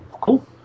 cool